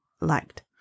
liked